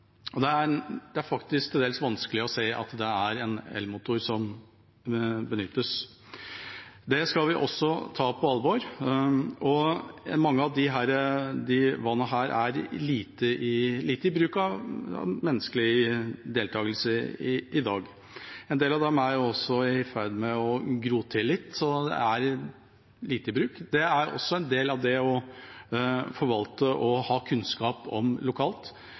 Det er faktisk til dels vanskelig å se at det er en elmotor som benyttes. Det skal vi også ta på alvor. Mange av disse vannene er lite i bruk av mennesker i dag. En del av dem er også i ferd med å gro litt til og er lite i bruk. Det er også en del av det å forvalte og om å ha lokal kunnskap,